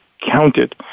counted